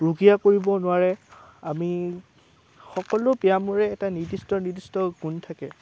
ৰুগীয়া কৰিব নোৱাৰে আমি সকলো ব্যায়ামৰে এটা নিৰ্দিষ্ট নিৰ্দিষ্ট গুণ থাকে